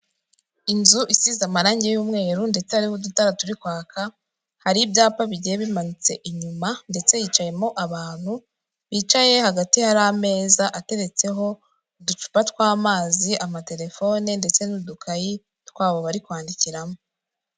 Inzu isize amarangi y'umweru ndetse arimo udutara turi kwaka hari ibyapa bigiye bimanitse inyuma ndetse yicayemo abantu bicaye hagati y ameza ateretseho uducupa tw'amazi amatelefone ndetse n'udukayi twabo bari kwandikiramo.